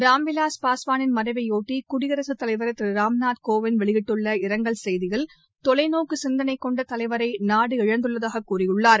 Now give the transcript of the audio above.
ராம் விலாஸ் பாஸ்வானின் மறைவையொட்டி குடியரசுத் தலைவர் திரு ராம்நாத் கோவிந்த் வெளியிட்டுள்ள இரங்கல் செய்தியில் தொலைநோக்கு சிந்தனை கொண்ட தலைவரை நாடு இழந்துள்ளதாக கூறியுள்ளார்